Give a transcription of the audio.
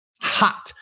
Hot